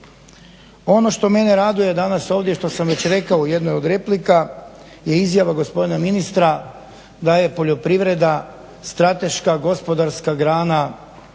Ono što mene raduje danas ovdje što sam već i rekao u jednoj od replika je izjava gospodina ministra da je poljoprivreda strateška gospodarska grana